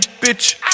Bitch